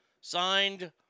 Signed